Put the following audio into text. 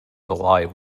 alive